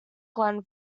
glen